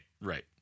Right